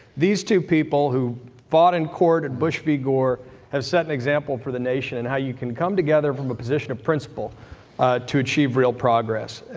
these two people who fought in court in bush v gore have set an example for the nation in how you can come together from a position of principle to achieve real progress.